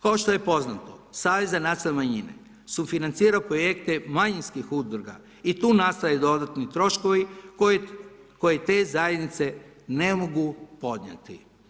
Kao što je poznato Savez za nacionalne manjine sufinancira projekte manjinskih udruga i tu nastaju dodatni troškovi koje te zajednice ne mogu podnijeti.